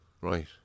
Right